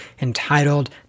entitled